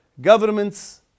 Governments